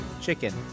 chicken